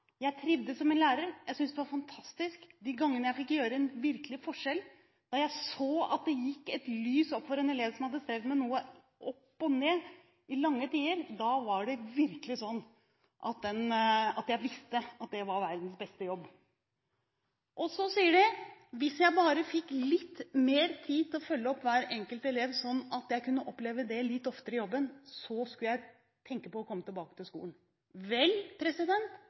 Jeg trivdes som lærer, jeg syntes det var fantastisk de gangene jeg fikk gjøre en virkelig forskjell. Da jeg så at det gikk et lys opp for en elev som hadde strevd med noe opp og ned i lange tider, da var det virkelig sånn at jeg visste at det var verdens beste jobb. Og så sier de: Hvis jeg bare fikk litt mer tid til å følge opp hver enkelt elev, sånn at jeg kunne oppleve det litt oftere i jobben, skulle jeg tenke på å komme tilbake på skolen. Vel,